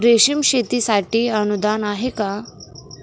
रेशीम शेतीसाठी अनुदान आहे का?